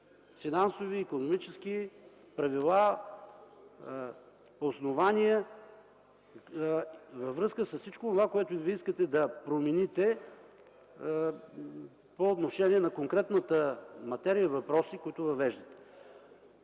финансови, икономически правила, основания във връзка с всичко онова, което искате да промените по отношение на конкретната материя въпроси, които въвеждате.